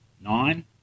Nine